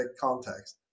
context